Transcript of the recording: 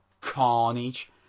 carnage